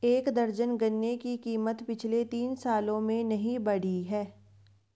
एक दर्जन गन्ने की कीमत पिछले तीन सालों से नही बढ़ी है